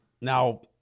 Now